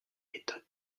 méthode